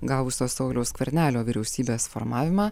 gavusio sauliaus skvernelio vyriausybės formavimą